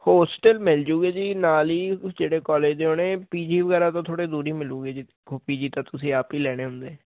hostel ਮਿਲਜੂਗੇ ਜੀ ਨਾਲ ਹੀ ਜਿਹੜੇ ਕੋਲਜ ਦੇ ਹੋਣੇ ਪੀ ਜੀ ਵਗੈਰਾ ਤਾਂ ਥੋੜ੍ਹੇ ਦੂਰ ਹੀ ਮਿਲੂਗੇ ਦੇਖੋ ਪੀ ਜੀ ਤਾਂ ਤੁਸੀਂ ਆਪ ਹੀ ਲੈਣੇ ਹੁੰਦੇ